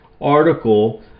article